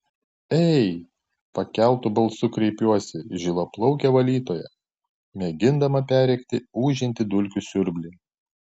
ei pakeltu balsu kreipiuosi į žilaplaukę valytoją mėgindama perrėkti ūžiantį dulkių siurblį